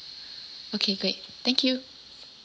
okay great thank you